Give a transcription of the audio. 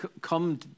come